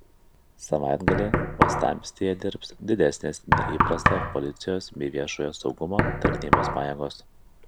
savaitgalį uostamiestyje dirbs didesnės nei įprasta policijos bei viešojo saugumo tarnybos pajėgos